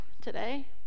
today